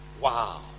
Wow